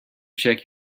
check